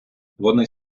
вони